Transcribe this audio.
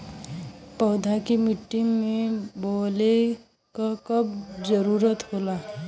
पौधा के मिट्टी में बोवले क कब जरूरत होला